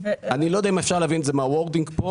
אני לא יודע אם אפשר להבין את זה מה-wording פה,